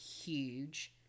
huge